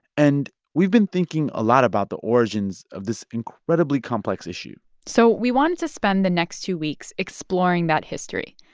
and we've been thinking a lot about the origins of this incredibly complex issue so we wanted to spend the next two weeks exploring that history.